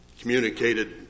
communicated